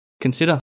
consider